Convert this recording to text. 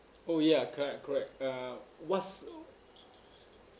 oh ya correct correct uh what's